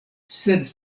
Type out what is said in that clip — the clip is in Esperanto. sed